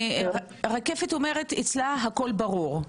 רקפת אומרת שאצלה הכול ברור.